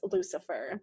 Lucifer